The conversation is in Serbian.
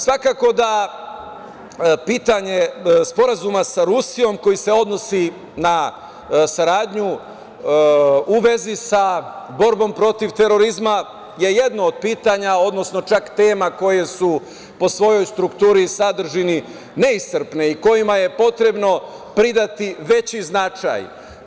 Svakako da pitanje Sporazuma sa Rusijom koji se odnosi na saradnju u vezi sa borbom protiv terorizma je jedno od pitanja, odnosno čak tema koje su po svojoj strukturi i sadržini neiscrpne i kojima je potrebno pridati veći značaj.